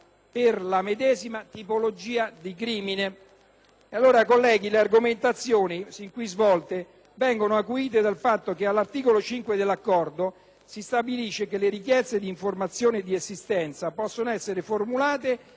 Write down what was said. per la medesima tipologia di crimine?